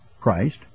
Christ